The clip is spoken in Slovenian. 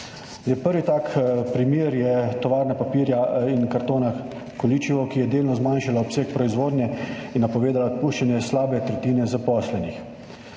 Prvi tak primer je tovarna papirja in kartona Količevo, ki je delno zmanjšala obseg proizvodnje in napovedala odpuščanje slabe tretjine zaposlenih.